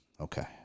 okay